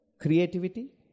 Creativity